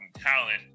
talent